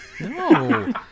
No